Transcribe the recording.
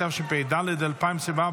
התשפ"ד 2024,